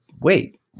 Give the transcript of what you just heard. wait